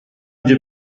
önce